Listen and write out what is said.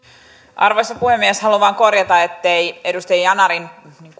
arvoisa puhemies haluan vain korjata ettei edustaja yanarin